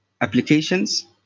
applications